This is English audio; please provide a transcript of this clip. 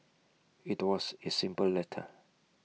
IT was A simple letter